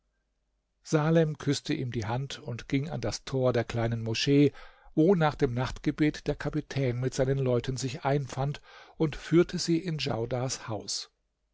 salem küßte ihm die hand und ging an das tor der kleinen moschee wo nach dem nachtgebet der kapitän mit seinem leuten sich einfand und führte sie in djaudars haus